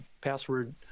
password